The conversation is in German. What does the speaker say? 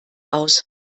aus